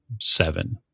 seven